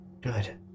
Good